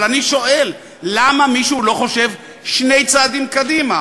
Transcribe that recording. אבל אני שואל, למה מישהו לא חושב שני צעדים קדימה?